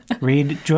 read